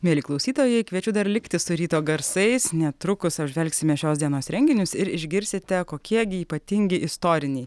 mieli klausytojai kviečiu dar likti su ryto garsais netrukus apžvelgsime šios dienos renginius ir išgirsite kokie gi ypatingi istoriniai